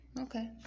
Okay